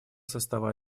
состава